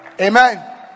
Amen